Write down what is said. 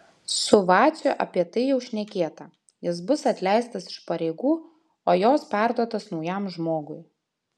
su vaciu apie tai jau šnekėta jis bus atleistas iš pareigų o jos perduotos naujam žmogui